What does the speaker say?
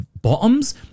Bottoms